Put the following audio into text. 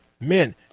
Men